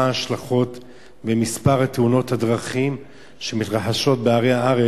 ההשלכות על מספר תאונות הדרכים שמתרחשות בערי הארץ,